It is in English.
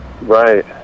Right